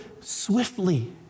swiftly